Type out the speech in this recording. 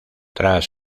tras